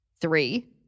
Three